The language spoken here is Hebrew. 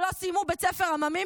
שלא סיימו בית ספר עממי,